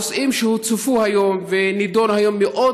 הנושאים שהוצפו היום ונדונו היום מאוד